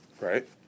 Right